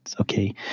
okay